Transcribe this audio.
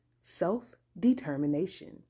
self-determination